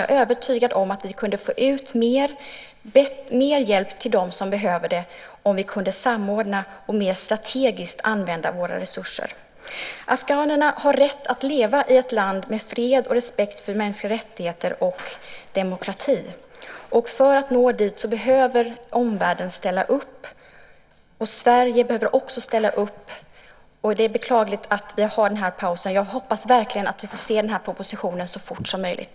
Jag är övertygad om att vi kunde få ut mer hjälp till dem som behöver det om vi kunde samordna och använda våra resurser mer strategiskt. Afghanerna har rätt att leva i ett land med fred, respekt för mänskliga rättigheter och demokrati. För att nå dit behöver omvärlden ställa upp. Sverige behöver också ställa upp. Det är beklagligt att vi har den här pausen. Jag hoppas verkligen att vi får se den här propositionen så fort som möjligt.